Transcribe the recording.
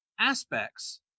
Aspects